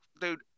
dude